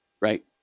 right